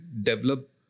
develop